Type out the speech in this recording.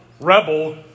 rebel